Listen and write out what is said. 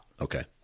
Okay